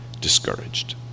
discouraged